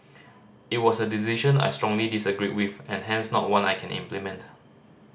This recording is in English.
it was a decision I strongly disagreed with and hence not one I can implement